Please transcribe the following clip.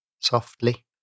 softly